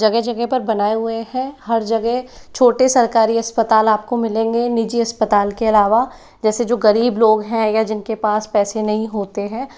जगह जगह पर बनाए हुए हैं हर जगह छोटे सरकारी अस्पताल आपको मिलेंगे निजी अस्पताल के अलावा जैसे जो गरीब लोग हैं या जिनके पास पैसे नहीं होते हैं